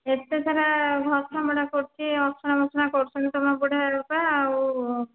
ଏତେ ସାରା ଘର କାମ ଗୁଡ଼ିକ କରୁଛି ଅସନା ମସନା କରୁଛନ୍ତି ତୁମ ବୁଢ଼ା ବାପା ଆଉ